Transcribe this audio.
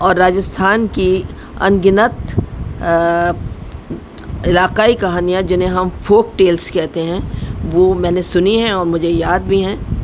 اور راجستھان کی ان گنت علاقائی کہانیاں جنہیں ہم فوک ٹیلس کہتے ہیں وہ میں نے سنی ہیں اور مجھے یاد بھی ہیں